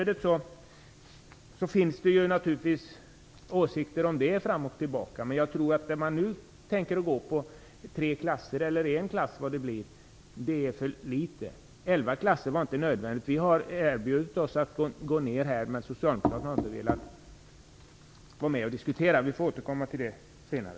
Det finns naturligtvis många åsikter om arealstödet. Men det man nu tänker sig - tre klasser, eller om det nu blir en klass - är för litet. Elva klasser är inte nödvändigt. Vi har erbjudit oss att gå ner i antal, men socialdemokraterna har inte velat diskutera det. Vi får återkomma till det senare.